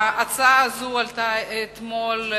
ההצעה הזאת עלתה אתמול,